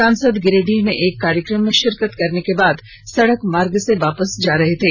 सांसद गिरिडीह में एक कार्यक्रम में शिरकत करने के बाद सड़क मार्ग से वापस जा रहे थे